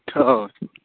اچھا